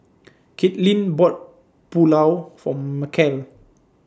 Katelin bought Pulao For Macel